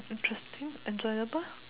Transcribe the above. interesting enjoyable